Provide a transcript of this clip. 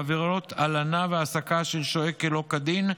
בעבירות הלנה והעסקה של שוהה שלא כדין,